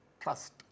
Trust